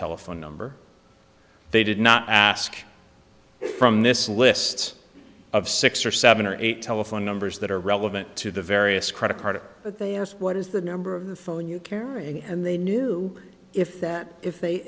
telephone number they did not ask from this list of six or seven or eight telephone numbers that are relevant to the various credit cards but they asked what is the number of the phone you caring and they knew if that if they